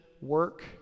work